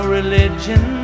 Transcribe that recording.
religion